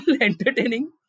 entertaining